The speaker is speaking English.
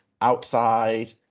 outside